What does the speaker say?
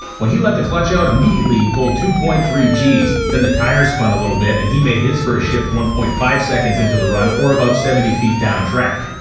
when he let the clutch out, immediately pulled two point three g's. then the tires spun out a little bit, and he made his first shift one point five seconds into the run, or about seventy feet down track.